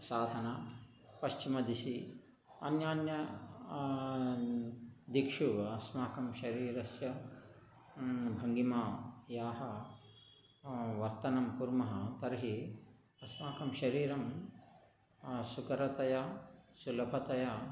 साधनं पश्चिम दिशि अन्यान्य दिक्षु अस्माकं शरीरस्य भङ्गिमा याः वर्तनं कुर्मः तर्हि अस्माकं शरीरं सुकरतया सुलभतया